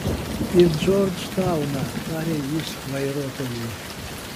į džordžtauną tarė jis vairuotojui